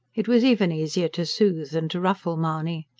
it was even easier to soothe than to ruffle mahony.